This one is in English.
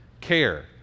care